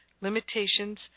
limitations